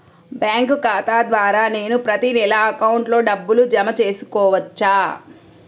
Bank ఖాతా ద్వారా నేను ప్రతి నెల అకౌంట్లో డబ్బులు జమ చేసుకోవచ్చా?